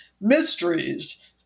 mysteries